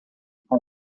com